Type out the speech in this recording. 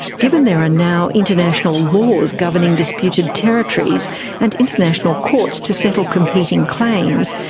given there are now international laws governing disputed territories and international courts to settle competing claims,